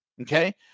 okay